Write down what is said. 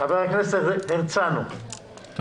חבר הכנסת להב הרצנו, בבקשה.